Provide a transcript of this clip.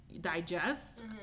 digest